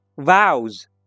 Vows